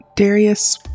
Darius